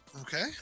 Okay